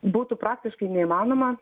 būtų praktiškai neįmanoma